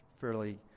fairly